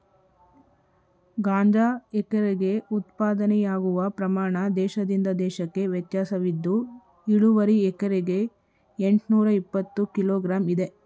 ಗಾಂಜಾ ಎಕರೆಗೆ ಉತ್ಪಾದನೆಯಾಗುವ ಪ್ರಮಾಣ ದೇಶದಿಂದ ದೇಶಕ್ಕೆ ವ್ಯತ್ಯಾಸವಿದ್ದು ಇಳುವರಿ ಎಕರೆಗೆ ಎಂಟ್ನೂರಇಪ್ಪತ್ತು ಕಿಲೋ ಗ್ರಾಂ ಇದೆ